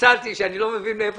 שם?